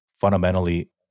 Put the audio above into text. fundamentally